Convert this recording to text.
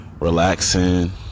relaxing